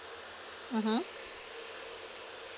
mmhmm